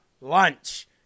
lunch